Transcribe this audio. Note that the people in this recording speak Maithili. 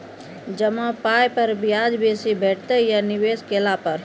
जमा पाय पर ब्याज बेसी भेटतै या निवेश केला पर?